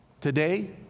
Today